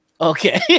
Okay